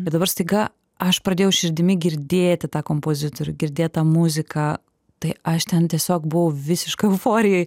bet dabar staiga aš pradėjau širdimi girdėti tą kompozitorių girdėt tą muziką tai aš ten tiesiog buvau visiškoj euforijoj